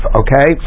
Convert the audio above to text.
okay